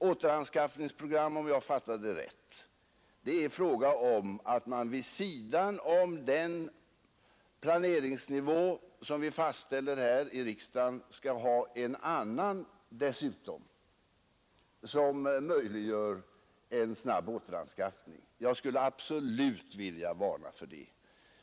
Återanskaffningsprogram betyder — om jag fattar det rätt — att vi vid sidan om den planeringsnivå som vi fastställer här i riksdagen skall ha en annan, som möjliggör en snabb återanskaffning. Jag skulle absolut vilja varna för det.